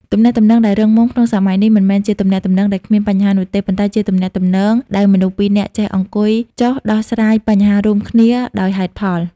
ទំនាក់ទំនងដែលរឹងមាំក្នុងសម័យនេះ មិនមែនជាទំនាក់ទំនងដែលគ្មានបញ្ហានោះទេ ប៉ុន្តែជាទំនាក់ទំនងដែលមនុស្សពីរនាក់ចេះអង្គុយចុះដោះស្រាយបញ្ហារួមគ្នាដោយហេតុផល។